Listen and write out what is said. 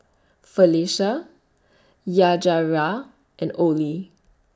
Felicia Yajaira and Oley